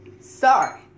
Sorry